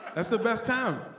that's the best time.